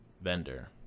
vendor